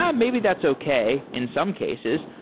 yeah maybe that's okay in some cases.